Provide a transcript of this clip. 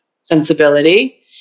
sensibility